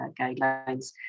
guidelines